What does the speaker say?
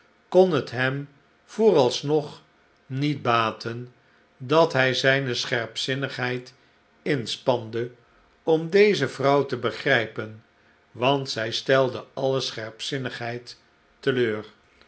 kon het hem vooralsnog niet baten dat hij zijne scherpzinnigheid inspande om slechte tijden deze vrouw te begrijpen want zij stelde alle scherpzinnigheid teleur